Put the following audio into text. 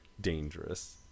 dangerous